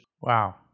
Wow